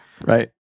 right